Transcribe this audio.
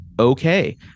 okay